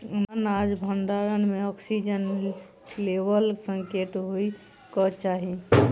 अनाज भण्डारण म ऑक्सीजन लेवल कतेक होइ कऽ चाहि?